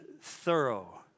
thorough